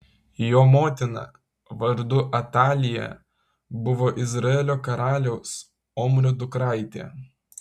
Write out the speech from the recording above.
jo motina vardu atalija buvo izraelio karaliaus omrio dukraitė